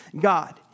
God